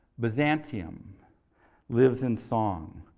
byzantium lives in song.